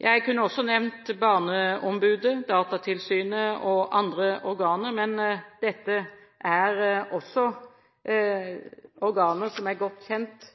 Jeg kunne også nevnt Barneombudet, Datatilsynet og andre organer, men dette er organer som er godt kjent